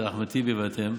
אחמד טיבי ואתם,